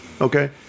Okay